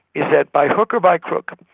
is that by hook or by crook,